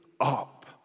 up